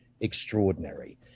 extraordinary